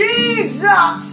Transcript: Jesus